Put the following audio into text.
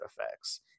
effects